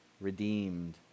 redeemed